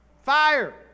Fire